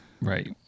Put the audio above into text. Right